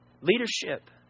Leadership